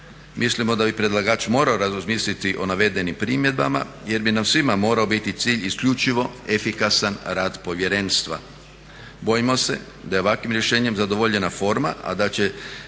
Mislimo da bi predlagač morao razmisliti o navedenim primjedbama jer bi nam svima morao biti cilj isključivo efikasan rad povjerenstva. Bojimo se da je ovakvim rješenjem zadovoljena forma, a da će